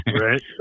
right